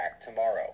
tomorrow